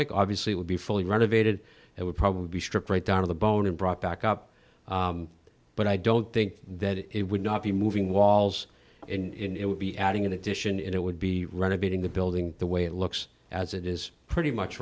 like obviously it would be fully renovated it would probably be stripped right down to the bone and brought back up but i don't think that it would not be moving walls in it would be adding in addition it would be renovating the building the way it looks as it is pretty much